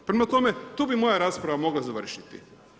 Prema tome, tu bi moja rasprava mogla završiti.